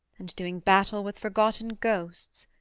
and doing battle with forgotten ghosts,